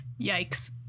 Yikes